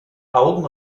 augen